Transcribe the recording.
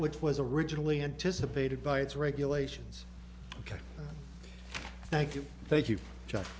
which was originally anticipated by its regulations ok thank you thank you just